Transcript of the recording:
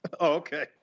okay